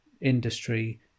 industry